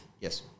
Yes